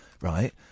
right